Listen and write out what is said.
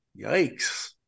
Yikes